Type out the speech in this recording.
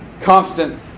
constant